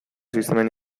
sistemen